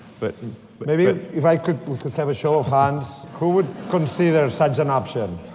but and but maybe if i could could have a show of hands. who would consider such an option?